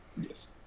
Yes